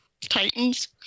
titans